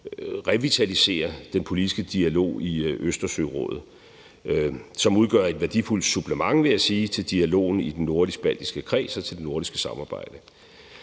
revitaliserer den politiske dialog i Østersørådet, som, vil jeg også sige, udgør et værdifuldt supplement til dialogen i den nordisk-baltiske kreds, altså i det nordiske samarbejde.